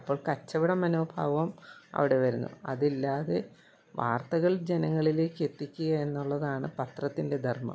അപ്പോൾ കച്ചവടമനോഭാവം അവിടെ വരുന്നു അതില്ലാതെ വാർത്തകൾ ജനങ്ങളിലേക്ക് എത്തിക്കുകയെന്നുള്ളതാണ് പത്രത്തിൻ്റെ ധർമ്മം